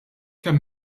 kemm